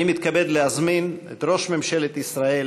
אני מתכבד להזמין את ראש ממשלת ישראל